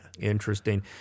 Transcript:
Interesting